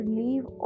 leave